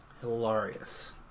Hilarious